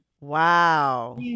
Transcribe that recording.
Wow